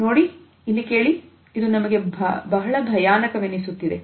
ನೋಡಿ ಇಲ್ಲಿ ಕೇಳಿ ಇದು ನಮಗೆ ಬಹಳ ಭಯಾನಕ ವೆನಿಸುತ್ತಿದೆ